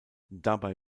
dabei